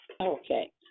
Okay